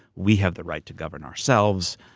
we have the right to govern ourselves.